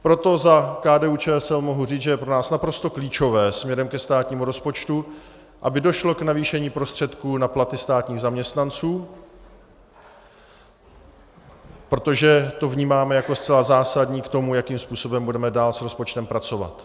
Proto za KDUČSL mohu říct, že je pro nás naprosto klíčové směrem ke státnímu rozpočtu, aby došlo k navýšení prostředků na platy státních zaměstnanců, protože to vnímáme jako zcela zásadní k tomu, jakým způsobem budeme dál s rozpočtem pracovat.